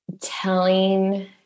telling